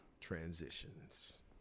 transitions